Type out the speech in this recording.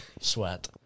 Sweat